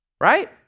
Right